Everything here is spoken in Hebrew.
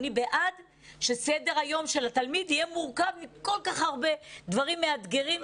אני בעד שסדר היום של התלמיד יהיה מורכב מכל כך הרבה דברים מאתגרים,